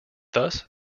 thus